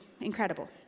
incredible